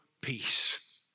peace